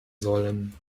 sollen